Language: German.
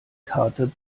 karte